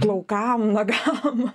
plaukam nagam